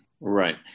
Right